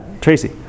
Tracy